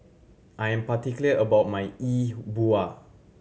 I am particular about my E Bua